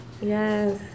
Yes